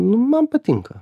nu man patinka